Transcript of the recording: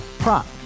Prop